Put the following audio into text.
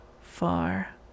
far